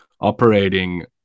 operating